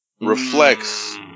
reflects